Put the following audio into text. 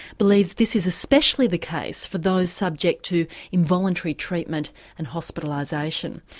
believes this is especially the case for those subject to involuntary treatment and hospitalisation.